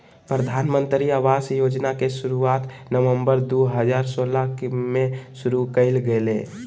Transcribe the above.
प्रधानमंत्री आवास योजना के शुरुआत नवम्बर दू हजार सोलह में शुरु कइल गेलय